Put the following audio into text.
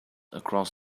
across